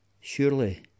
Surely